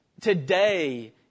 Today